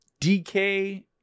DK